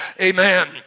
Amen